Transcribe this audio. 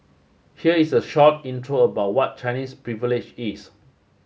here is a short intro about what Chinese Privilege is